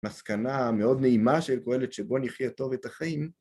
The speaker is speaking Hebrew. מסקנה מאוד נעימה של קהלת שבו נחיה טוב את החיים.